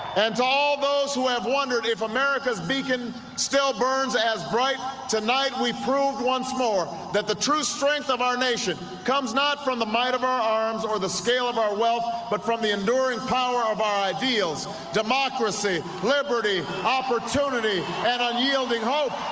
and to all those who have wondered if america's beacon still burns as bright tonight we proved once more that the true strength of our nation comes not from the might of our arms or the scale of our wealth but from the enduring power of our ideals democracy liberty opportunity and unyielding hope